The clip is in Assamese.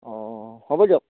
অঁ হ'ব দিয়ক